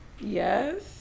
yes